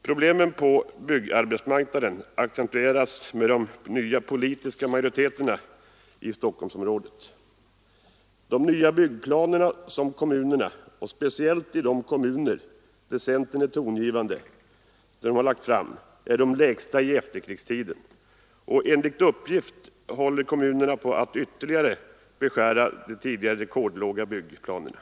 Problemen på byggarbetsmarknaden accentueras med de nya politiska majoriteterna i Stockholmsområdet. De nya byggplaner som kommunerna lagt fram — speciellt de kommuner där centern är tongivande — är de lägsta under efterkrigstiden. Enligt uppgift håller kommunerna på att ytterligare beskära de tidigare rekordlåga byggplanerna.